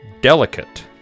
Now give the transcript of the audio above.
delicate